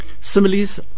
Similes